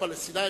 הפלסטינים,